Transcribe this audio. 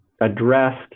addressed